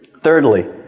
thirdly